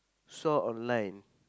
saw online